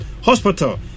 hospital